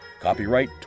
Copyright